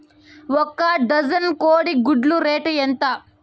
ఒక డజను కోడి గుడ్ల రేటు ఎంత?